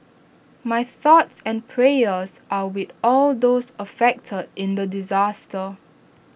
my thoughts and prayers are with all those affected in the disaster